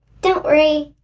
don't worry,